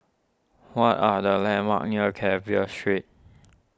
what are the landmarks near Carver Street